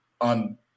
on